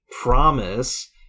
promise